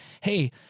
Hey